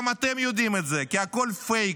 גם אתם יודעים את זה כי הכול פייק,